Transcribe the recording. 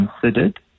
considered